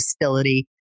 facility